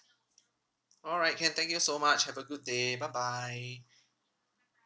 alright can thank you so much have a good day bye bye